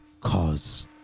cause